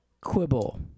quibble